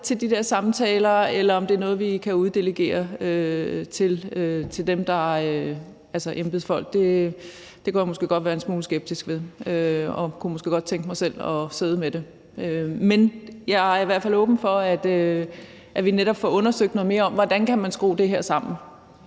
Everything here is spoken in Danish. en meget god idé – eller om det er noget, vi kan uddelegere til embedsfolk. Det sidste kunne jeg måske godt være en smule skeptisk over for, og jeg kunne måske godt tænke mig selv at sidde med det, men jeg er i hvert fald åben for, at vi netop får undersøgt noget mere om, hvordan man kan skrue det her sammen.